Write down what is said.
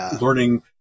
learning